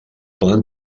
poden